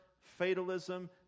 fatalism